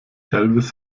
elvis